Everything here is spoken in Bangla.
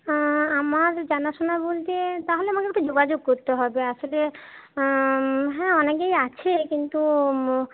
আমার জানাশোনা বলতে তাহলে আমাকে একটু যোগাযোগ করতে হবে আসলে হ্যাঁ অনেকেই আছে কিন্তু